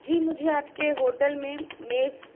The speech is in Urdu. جی مجھے آپ کے ہوٹل میں میز